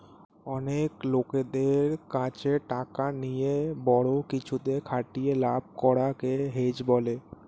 অনেক লোকদের কাছে টাকা নিয়ে বড়ো কিছুতে খাটিয়ে লাভ করা কে হেজ বলে